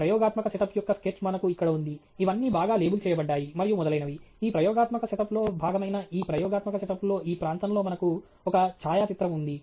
ప్రయోగాత్మక సెటప్ యొక్క స్కెచ్ మనకు ఇక్కడ ఉంది ఇవన్నీ బాగా లేబుల్ చేయబడ్డాయి మరియు మొదలైనవి ఈ ప్రయోగాత్మక సెటప్లో భాగమైన ఈ ప్రయోగాత్మక సెటప్లో ఈ ప్రాంతంలో మనకు ఒక ఛాయాచిత్రం ఉంది